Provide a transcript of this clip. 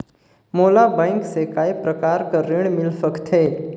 मोला बैंक से काय प्रकार कर ऋण मिल सकथे?